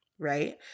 right